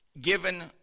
given